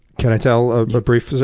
can i tell a like brief?